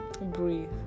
Breathe